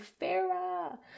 Farah